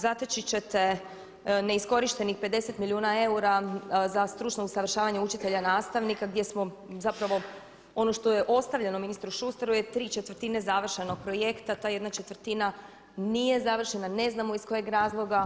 Zateći ćete neiskorištenih 50 milijuna eura za stručno usavršavanje učitelja nastavnika gdje smo zapravo ono što je ostavljeno ministru Šustaru je tri četvrtine završenog projekta, ta jedna četvrtina nije završena, ne znamo iz kojeg razloga.